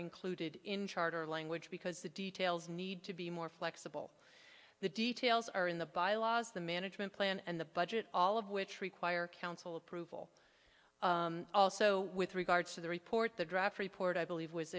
included in charter language because the details need to be more flexible the details are in the bylaws the management plan and the budget all of which require council approval also with regards to the report the draft report i believe was